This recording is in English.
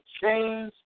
change